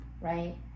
right